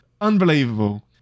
unbelievable